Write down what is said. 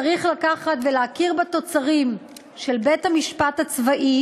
צריך לקחת ולהכיר בתוצרים של בית-המשפט הצבאי